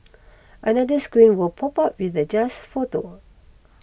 another screen will pop up with the just photo